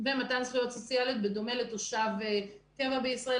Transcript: ומתן זכויות סוציאליות בדומה לתושב קבע בישראל,